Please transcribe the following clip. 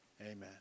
amen